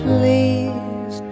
Please